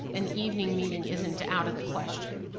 an evening meeting isn't out of the question.